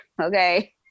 okay